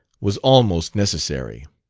was almost necessary.